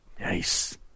Nice